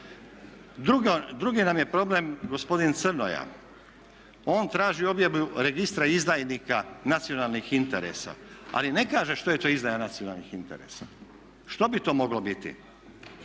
Drugi nam je problem gospodin Crnoja, on traži objavu registra izdajnika nacionalnih interesa ali ne kaže što je to izdaja nacionalnih interesa. Što bi to moglo biti?